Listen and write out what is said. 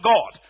God